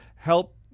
Help